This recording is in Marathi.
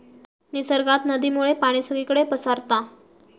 निसर्गात नदीमुळे पाणी सगळीकडे पसारता